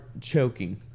choking